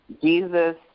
Jesus